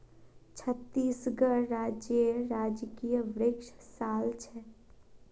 छत्तीसगढ़ राज्येर राजकीय वृक्ष साल छे